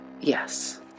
yes